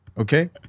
okay